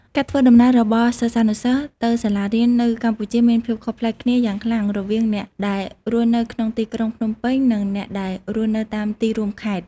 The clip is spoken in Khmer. ការធ្វើដំណើររបស់សិស្សានុសិស្សទៅសាលារៀននៅកម្ពុជាមានភាពខុសប្លែកគ្នាយ៉ាងខ្លាំងរវាងអ្នកដែលរស់នៅក្នុងទីក្រុងភ្នំពេញនិងអ្នកដែលរស់នៅតាមទីរួមខេត្ត។